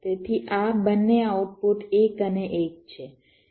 તેથી આ બંને આઉટપુટ 1 અને 1 છે આ 1 છે આ પણ 1 છે